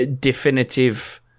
definitive